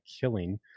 killing